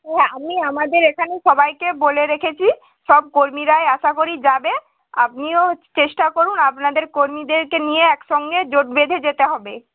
হ্যাঁ আমি আমাদের এখানে সবাইকে বলে রেখেছি সব কর্মীরাই আশা করি যাবে আপনিও চেষ্টা করুন আপনাদের কর্মীদেরকে নিয়ে একসঙ্গে জোট বেঁধে যেতে হবে